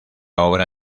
obra